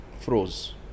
froze